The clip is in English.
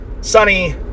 sunny